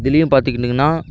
இதுலேயும் பார்த்துக்கிட்டீங்கன்னா